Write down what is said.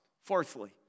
Fourthly